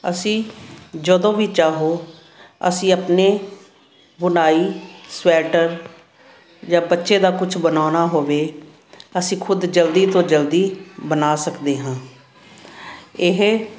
ਅਸੀਂ ਜਦੋਂ ਵੀ ਚਾਹੋ ਅਸੀਂ ਆਪਣੇ ਬੁਣਾਈ ਸਵੈਟਰ ਜਾਂ ਬੱਚੇ ਦਾ ਕੁਝ ਬਣਾਉਣਾ ਹੋਵੇ ਅਸੀਂ ਖੁਦ ਜਲਦੀ ਤੋਂ ਜਲਦੀ ਬਣਾ ਸਕਦੇ ਹਾਂ ਇਹ